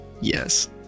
Yes